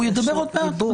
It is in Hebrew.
הוא ידבר עוד מעט.